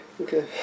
Okay